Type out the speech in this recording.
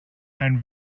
and